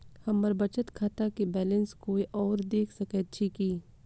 हम्मर बचत खाता केँ बैलेंस कोय आओर देख सकैत अछि की